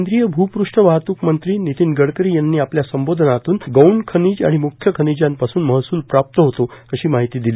केंद्रीय भूपृष्ठ वाहतूक मंत्री नितीन गडकरी यांनी आपल्या संबोधनातून गौण खनिज आणि म्ख्य खनिजांपासून महसूल प्राप्त होतो अशी माहिती दिली